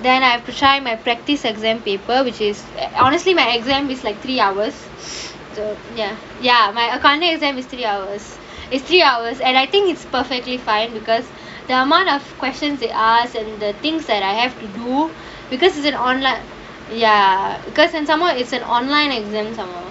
then I have to shine my practice exam paper which is honestly my exam is like three hours ya ya my accounting exam is three hours basically I was and I think it's perfectly fine because the amount of questions they ask and the things that I have to do because is an online ya because and some more is an online exam some more